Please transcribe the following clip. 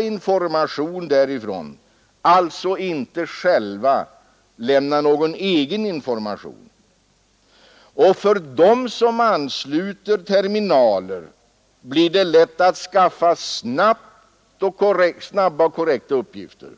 information därifrån, och de skall alltså inte själva lämna någon egen information. För dem som ansluter terminaler blir det lätt att skaffa snabba och korrekta uppgifter.